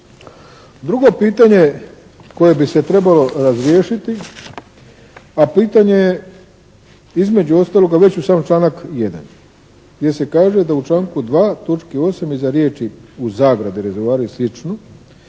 Drugo pitanje koje bi se trebalo razriješiti a pitanje je između ostalog već u, sam članak 1. gdje se kaže da u članku 2., točki 8. iza riječi, u zagradi rezervoari i slično